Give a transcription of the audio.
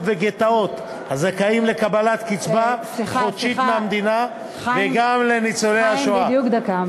וגטאות הזכאים לקבלת קצבה חודשית מהמדינה וגם לניצולי שואה,